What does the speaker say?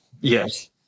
Yes